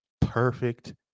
Perfect